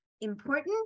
important